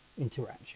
interaction